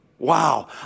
Wow